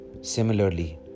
Similarly